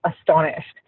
astonished